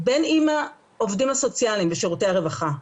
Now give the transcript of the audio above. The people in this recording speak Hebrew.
בין אם העובדים הסוציאליים בשירותי הרווחה,